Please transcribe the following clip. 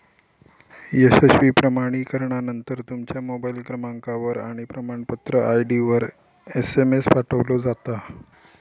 यशस्वी प्रमाणीकरणानंतर, तुमच्या मोबाईल क्रमांकावर आणि प्रमाणपत्र आय.डीवर एसएमएस पाठवलो जाता